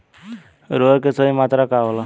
उर्वरक के सही मात्रा का होला?